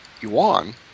yuan